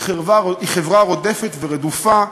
היא חברה רודפת ורדופה,